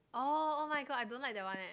orh oh-my-god I don't like that one eh